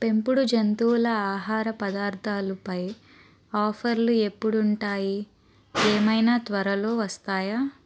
పెంపుడు జంతువుల ఆహార పదార్థాలు పై ఆఫర్లు ఎప్పుడుంటాయి ఏమైనా త్వరలో వస్తాయా